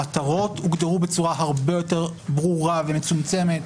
המטרות הוגדרו בצורה הרבה יותר ברורה ומצומצמת.